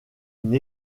une